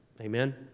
Amen